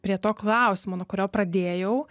prie to klausimo nuo kurio pradėjau